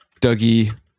Dougie